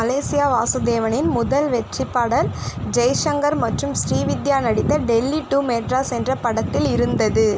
Malaysia வாசுதேவனின் முதல் வெற்றிப்பாடல் ஜெய்சங்கர் மற்றும் ஸ்ரீவித்யா நடித்த டெல்லி டூ மெட்ராஸ் என்ற படத்தில் இருந்தது